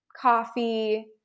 coffee